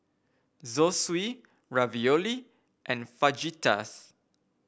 Zosui Ravioli and Fajitas